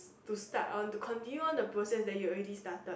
to start on to continue on the process that you already started